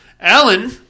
Alan